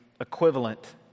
equivalent